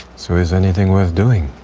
so is anything worth doing?